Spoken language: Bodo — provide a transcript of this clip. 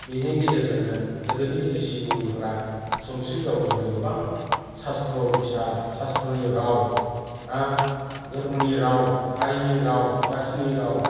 बिनि गेजेरजोंनो गोदोनि रिशि मुनिफ्रा संस्कृत रावजोंनो गोबां शास्त्र बिसार शास्त्रनि राव धोरमोनि राव हारिनि राव जाथिनि राव